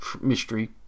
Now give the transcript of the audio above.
Mystery